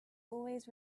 always